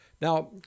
Now